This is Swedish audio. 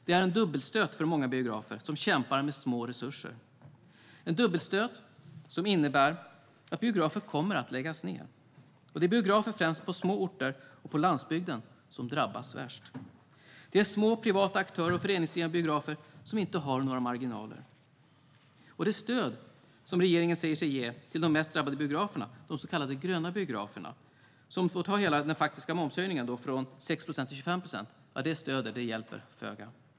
Det är en dubbelstöt för många biografer, som kämpar med små resurser - en dubbelstöt som innebär att biografer kommer att läggas ned. Och det är biografer främst på små orter och på landsbygden som drabbas värst. Det är små privata aktörer och föreningsdrivna biografer som inte har några marginaler. Det stöd som regeringen säger sig ge till de mest drabbade biograferna, de så kallade gröna biograferna, som får ta hela den faktiska momshöjningen från 6 till 25 procent, hjälper föga.